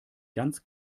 ganz